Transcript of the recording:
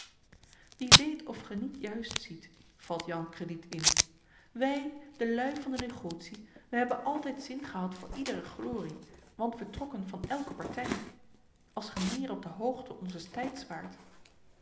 wie weet of ge niet juist ziet valt jan crediet in wij de luî van de negotie we hebben altijd zin gehad voor iedere glorie want we trokken van elke partij als ge meer op de hoogte onzes tijds waart